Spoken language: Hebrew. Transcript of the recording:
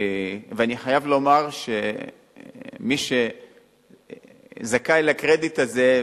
ואני חייב לומר שמי שזכאי לקרדיט הזה,